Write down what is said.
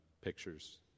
pictures